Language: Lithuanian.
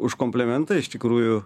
už komplimentą iš tikrųjų